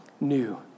new